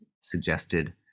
suggested